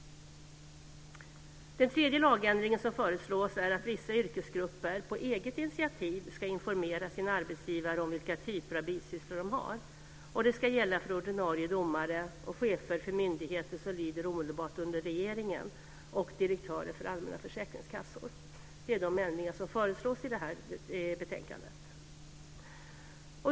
Den tredje lagändringen som föreslås är att vissa yrkesgrupper på eget initiativ ska informera sin arbetsgivare om vilka typer av bisysslor de har. Det ska gälla för ordinarie domare, för chefer för myndigheter som lyder omedelbart under regeringen och för direktörer för allmänna försäkringskassor. Detta är de ändringar som föreslås i betänkandet.